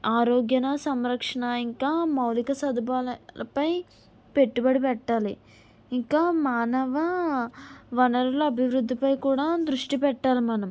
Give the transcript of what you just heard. ఆరోగ్యన సంరక్షణ ఇంకా మౌలిక సదుపాయాలపై పెట్టుబడి పెట్టాలి ఇంకా మానవ వనరుల అభివృద్ధిపై కూడా దృష్టి పెట్టాలి మనం